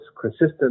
consistent